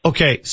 Okay